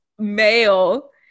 male